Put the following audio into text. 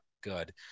good